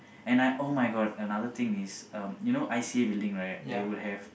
and I [oh]-my-god another thing is um you know I_C_A building right they will have